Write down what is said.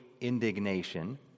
indignation